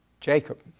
Jacob